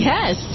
Yes